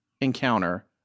encounter